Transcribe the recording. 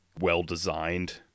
well-designed